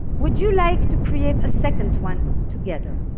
would you like to create a second one together?